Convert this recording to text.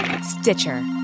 Stitcher